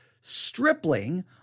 Stripling